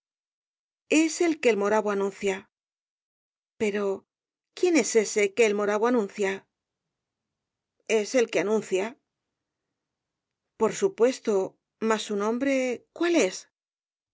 es el que el moravo anuncia pero quién es ése que el moravo anuncia es el que anuncia por supuesto mas su nombre cuál es